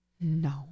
No